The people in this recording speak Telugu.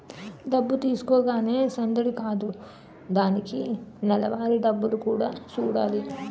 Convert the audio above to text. డబ్బు తీసుకోగానే సందడి కాదు దానికి నెలవారీ డబ్బులు కూడా సూడాలి